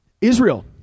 Israel